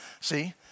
See